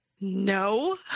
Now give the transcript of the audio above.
No